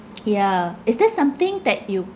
yeah is there's something that you